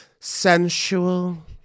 Sensual